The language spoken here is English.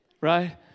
right